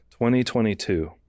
2022 –